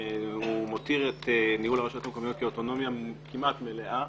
והוא מותיר את ניהול הרשויות המקומיות כאוטונומיה כמעט מלאה.